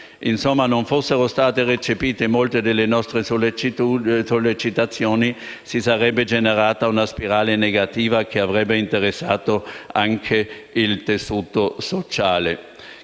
Insomma, se non fossero state recepite molte delle nostre sollecitazioni, si sarebbe generata una spirale negativa che avrebbe interessato anche il tessuto sociale.